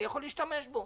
אני יכול להשתמש בו.